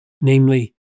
namely